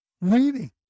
reading